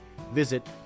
Visit